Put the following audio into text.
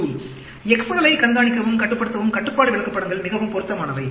X களை கண்காணிக்கவும் கட்டுப்படுத்தவும் கட்டுப்பாடு விளக்கப்படங்கள் மிகவும் பொருத்தமானவை